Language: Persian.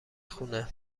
خونه